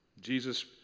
Jesus